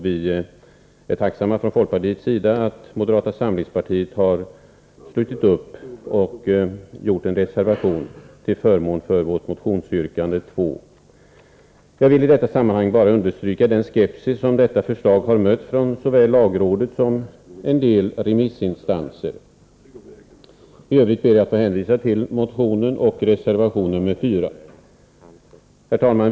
Vi från folkpartiets sida är tacksamma för att moderata samlingspartiet har slutit upp bakom vårt förslag. I en reservation talar man nämligen till förmån för vårt motionsyrkande nr 2. Jag vill i detta sammanhang bara understryka den skepsis som förslaget i fråga har mött från såväl lagrådet som en del remissinstanser. I övrigt ber jag att få hänvisa till motionen och reservation nr 4. Herr talman!